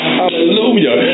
hallelujah